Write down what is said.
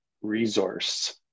resource